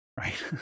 right